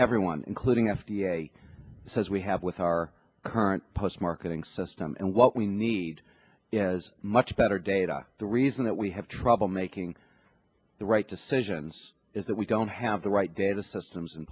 everyone including f d a says we have with our current post marketing system and what we need as much better data the reason that we have trouble making the right decisions is that we don't have the right data systems in